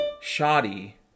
shoddy